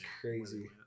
crazy